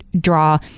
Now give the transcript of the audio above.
draw